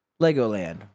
Legoland